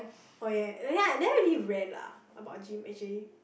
oh ya ya i never really rant lah about gym